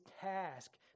task